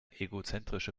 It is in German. egozentrische